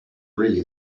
really